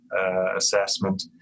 assessment